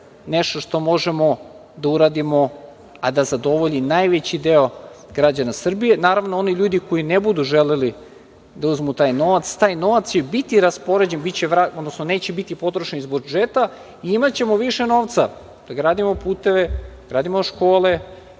nešto što možemo da uradimo, a da zadovolji najveći deo građana Srbije. Naravno, oni ljudi koji ne budu želeli da uzmu taj novac, taj novac će biti raspoređen, odnosno neće biti potrošen iz budžeta i imaćemo više novca da gradimo puteve, da gradimo škole,